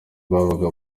babaga